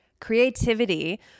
Creativity